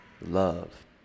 love